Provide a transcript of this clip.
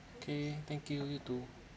okay thank you you too